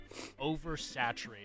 oversaturated